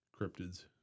cryptids